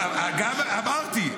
אמרתי,